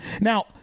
Now